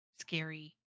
scary